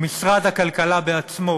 ומשרד הכלכלה בעצמו